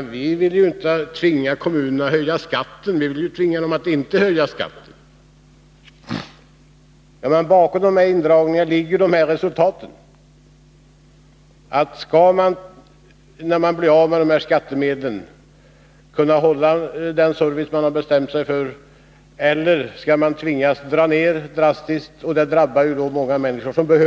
Nu säger Lennart Blom: Vi vill inte tvinga kommunerna att höja skatten. Vi vill tvinga dem att inte höja skatten. Men konsekvensen av de föreslagna indragningarna är ju de resultat jag har pekat på. Skall kommunerna, när de blir av med dessa skattemedel, kunna hålla den service de har bestämt sig för eller skall man drastiskt dra ned samhällets stöd, vilket drabbar många människor i kommunerna som verkligen